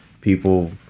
people